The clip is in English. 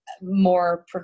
more